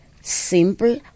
simple